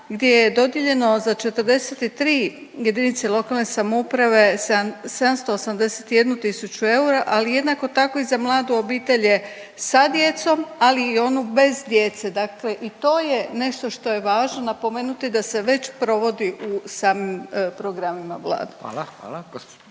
gdje je dodijeljeno za 43 jedinice lokalne samouprave 781000 eura, ali jednako tako i za mladu obitelj je sa djecom ali i onu bez djece. Dakle i to je nešto što je važno napomenuti da se već provodi u samim programima Vlade. **Radin,